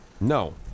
No